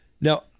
Now